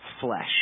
flesh